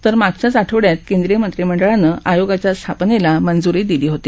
तर मागच्याच आठवड्यात केंद्रीय मंत्रिमंडळानं आयोगाच्या स्थापनेला मुंजूरी दिली होती